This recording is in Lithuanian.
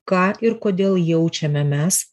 ką ir kodėl jaučiame mes